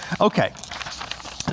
Okay